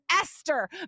Esther